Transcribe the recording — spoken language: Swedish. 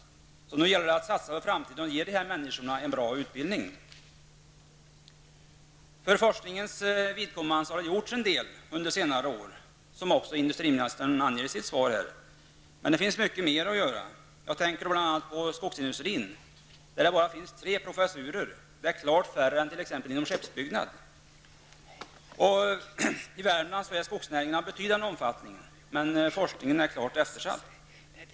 Det gäller nu att satsa för framtiden genom att ge dessa människor en bra utbildning. För forskningens vidkommande har det gjorts en del under senare år, vilket industriministern anger i sitt svar. Men det finns dock mycket mer att göra. Jag tänker då på bl.a. skogsindustrin, där det finns bara tre professurer. Det är klart färre än inom t.ex. skeppsbyggnad. I Värmland är skogsnäringen av betydande omfattning, men forskningen är dock klart eftersatt.